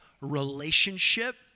relationship